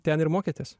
ten ir mokėtės